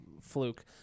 fluke